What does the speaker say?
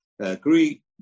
agree